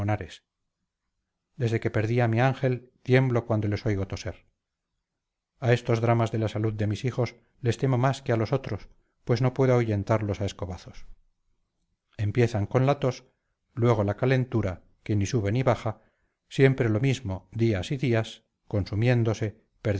desde que perdí a mi ángel tiemblo cuando les oigo toser a estos dramas de la salud de mis hijos les temo más que a los otros pues no puedo ahuyentarlos a escobazos empiezan con la tos luego la calentura que ni sube ni baja siempre lo mismo días y días consumiéndose